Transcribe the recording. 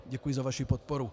Děkuji za vaši podporu.